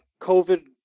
COVID